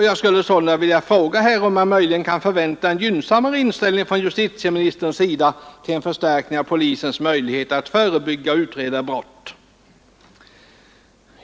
Jag skulle vilja fråga om man möjligen kan förvänta en gynnsammare inställning från justitieministerns sida till en förstärkning av polisens möjligheter att förebygga och utreda brott.